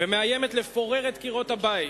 ומאיימת לפורר את קירות הבית,